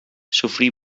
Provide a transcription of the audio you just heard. sofrí